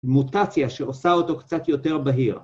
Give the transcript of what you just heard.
מוטציה שעושה אותו קצת יותר בהיר